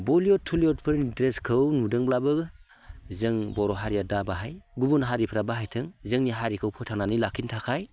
Bollywood थलिवुदफोरनि द्रेसखौ नुदोंब्लाबो जों बर' हारिया दा बाहाय गुबुन हारिफ्रा बाहायथों जोंनि हारिखौ फोथांनानै लाखिनो थाखाय